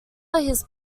his